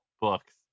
books